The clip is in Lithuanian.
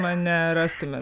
mane rastumė